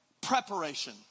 preparation